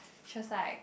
she was like